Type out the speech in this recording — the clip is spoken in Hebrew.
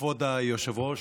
כבוד היושב-ראש,